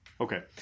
okay